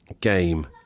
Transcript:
game